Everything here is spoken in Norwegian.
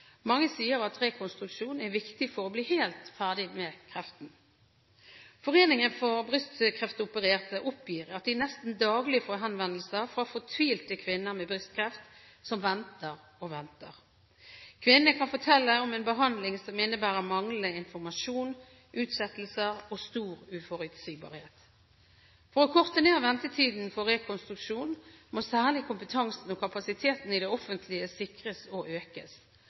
Mange sier at en rekonstruksjon er viktig for å bli helt ferdig med kreften. Foreningen for brystkreftopererte oppgir at de nesten daglig får henvendelser fra fortvilte kvinner med brystkreft som venter og venter. Kvinnene kan fortelle om en behandling som innebærer manglende informasjon, utsettelser og stor uforutsigbarhet. For å korte ned ventetiden for rekonstruksjon må særlig kompetansen og kapasiteten i det offentlige sikres og økes.